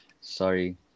Sorry